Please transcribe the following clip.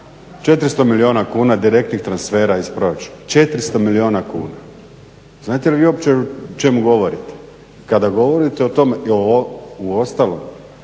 400 milijuna kuna direktnih transfera iz proračuna, 400 milijuna kuna. Znate li vi uopće o čemu govorite? Kada govorite o tome i uostalom